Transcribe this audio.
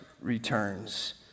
returns